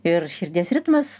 ir širdies ritmas